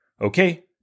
okay